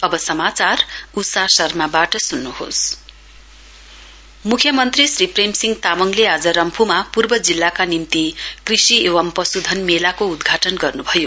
पशुधन मेला मुख्यमन्त्री श्री प्रेमसिंह तामाङले आज रम्फूमा पूर्व जिल्लाका निम्ति कृषि एवं पशुधन मेलाको उद्घाटन गर्नुभयो